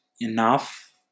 enough